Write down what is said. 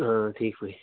آ ٹھیٖک پٲٹھۍ